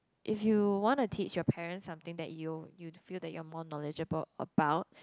if you wanna teach your parents something that you you feel that you're more knowledgeable about